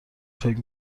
فکر